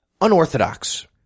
unorthodox